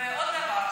ועוד דבר.